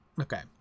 okay